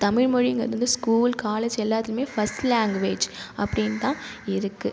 தமிழ் மொழிங்கிறது வந்து school college எல்லாத்துலயும் ஃபஸ்ட் லாங்குவேஜ் அப்படின்தான் இருக்கு